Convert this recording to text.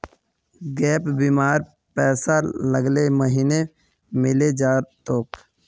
gap बीमार पैसा अगले महीने मिले जा तोक